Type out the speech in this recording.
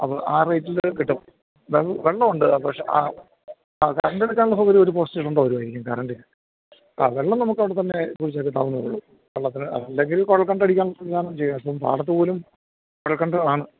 അപ്പോൾ ആ റേറ്റിൽ കിട്ടും വെള്ളം വെള്ളമുണ്ട് പക്ഷേ ആ കരൻറ്റെടുക്കാനുള്ള സൗകര്യം ഒരു പോസ്റ്റ് ഇടേണ്ടി വരുമായിരിക്കും കറൻറ്റിന് ആ വെള്ളം നമുക്ക് അവിടുന്ന് കുഴിച്ചെടുക്കാവുന്നതേ ഉള്ളു വെള്ളത്തിന് അല്ലെങ്കിൽ കുഴൽ കിണറടിക്കാനുള്ള സംവിധാനം ചെയ്യാം ഇപ്പോൾ പാടത്ത് പോലും കുഴൽ കിണറാണ്